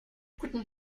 guten